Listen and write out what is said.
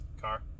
Car